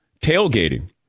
tailgating